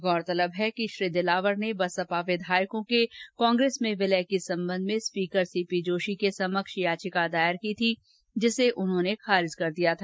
गौरतलब है कि श्री दिलावर ने बसपा विधायकों के कांग्रेस में विलय के संबंध में स्पीकर सीपी जोशी के समक्ष याचिका दायर की थी जिसे उन्होंने खारिज कर दिया था